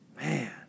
Man